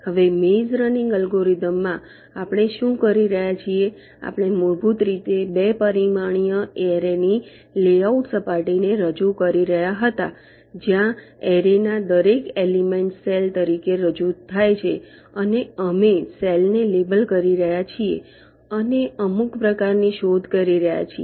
હવે maze running એલ્ગોરિધમ્સમાં આપણે શું કરી રહ્યા છીએ આપણે મૂળભૂત રીતે 2 પરિમાણીય એરેની લેઆઉટ સપાટીને રજૂ કરી રહ્યા હતા જ્યાં એરેના દરેક એલિમેંટ સેલ તરીકે રજૂ થાય છે અને અમે સેલને લેબલ કરી રહ્યા છીએ અને અમુક પ્રકારની શોધ કરી રહ્યા છીએ